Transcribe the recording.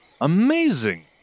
Amazing